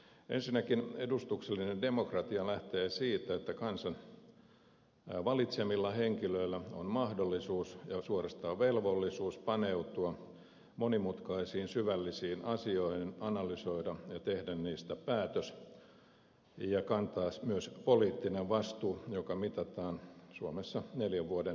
ensinnäkin edustuksellinen demokratia lähtee siitä että kansan valitsemilla henkilöillä on mahdollisuus ja suorastaan velvollisuus paneutua monimutkaisiin syvällisiin asioihin analysoida ja tehdä niistä päätös ja kantaa myös poliittinen vastuu joka mitataan suomessa neljän vuoden välein